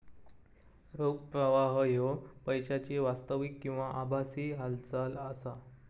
रोख प्रवाह ह्यो पैशाची वास्तविक किंवा आभासी हालचाल असा